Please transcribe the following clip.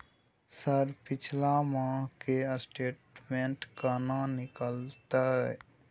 Sir पिछला मास के स्टेटमेंट केना निकलते?